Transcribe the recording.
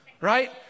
right